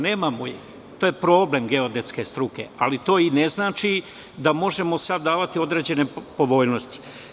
Nemamo ih i to je problem geodetske struke, ali to i ne znači da možemo sada davati određene povoljnosti.